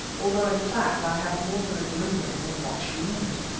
although, in fact, i had more than a glimmering of what she meant.